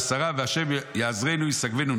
ובשריו, וה' יעזרנו וישגבנו".